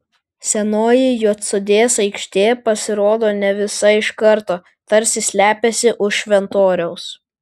senoji juodsodės aikštė pasirodo ne visa iš karto tarsi slepiasi už šventoriaus